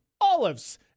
olives